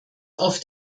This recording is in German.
auf